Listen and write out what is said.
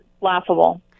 laughable